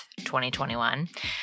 2021